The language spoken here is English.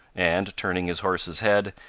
and, turning his horse's head,